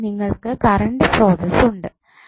ഇനി നിങ്ങൾക്ക് കറണ്ട് സ്രോതസ്സ് ഉണ്ട്